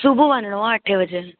सुबुह वञिणो आहे अठे बजे